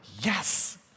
Yes